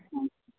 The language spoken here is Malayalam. ആഹ്